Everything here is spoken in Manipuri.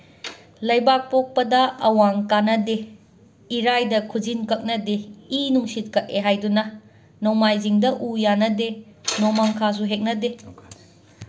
ꯂꯩꯕꯥꯛ ꯄꯣꯛꯄꯗ ꯑꯋꯥꯡ ꯀꯥꯅꯗꯦ ꯏꯔꯥꯏꯗ ꯈꯨꯖꯤꯟ ꯀꯛꯅꯗꯦ ꯏ ꯅꯨꯡꯁꯤꯠ ꯀꯛꯑꯦ ꯍꯥꯏꯗꯨꯅ ꯅꯣꯡꯃꯥꯏꯖꯤꯡꯗ ꯎ ꯌꯥꯟꯅꯗꯦ ꯅꯣꯡꯃꯪꯈꯥꯁꯨ ꯍꯦꯛꯅꯗꯦ